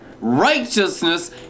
Righteousness